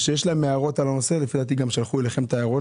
הערות על כך